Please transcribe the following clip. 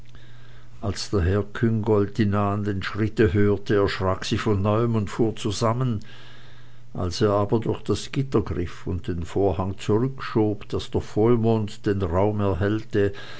als daher küngolt die nahenden schritte hörte erschrak sie von neuem und fuhr zusammen als er aber durch das gitter griff und den vorhang zurückschob daß der vollmond den raum erhellte